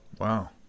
wow